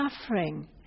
suffering